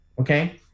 okay